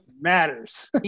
matters